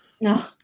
no